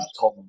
Tom